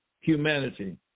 humanity